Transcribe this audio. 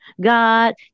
God